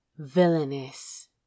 Villainous